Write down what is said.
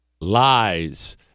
Lies